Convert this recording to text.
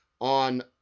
on